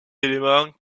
éléments